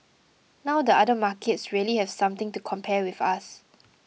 now the other markets really have something to compare with us